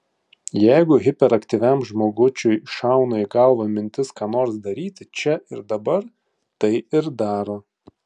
jeigu hiperaktyviam žmogučiui šauna į galvą mintis ką nors daryti čia ir dabar tai ir daro